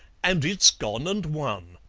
and it's gone and won.